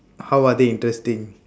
how are they interesting